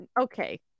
okay